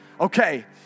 Okay